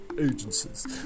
agencies